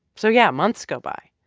so, yeah, months go by.